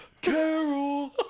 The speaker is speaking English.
Carol